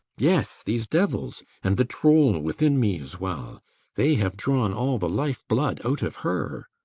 yes, these devils! and the troll within me as well they have drawn all the life-blood out of her.